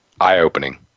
eye-opening